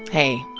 hey.